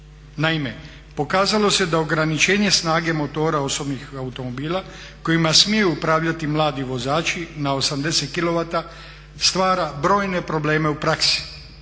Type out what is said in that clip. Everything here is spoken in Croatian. Naime, pokazalo se da ograničenje snage motora osobnih automobila kojima smiju upravljati mladi vozači na 80 kilovata stvara brojne probleme u praksi.